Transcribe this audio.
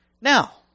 Now